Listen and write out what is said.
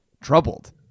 troubled